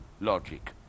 logic